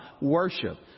worship